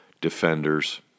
defenders